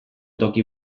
toki